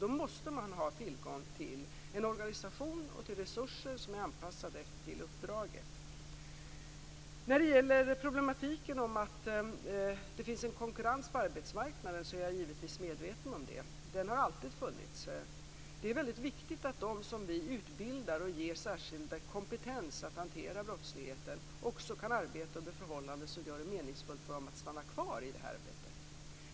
Då måste man också ha tillgång till en organisation och till resurser som är anpassade till uppdraget. Jag är givetvis medveten om problematiken med att det finns en konkurrens på arbetsmarknaden. Den har alltid funnits. Det är väldigt viktigt att de som vi utbildar och ger särskild kompetens för att hantera brottsligheten också kan arbeta under förhållanden som gör det meningsfullt för dem att stanna kvar i det här arbetet.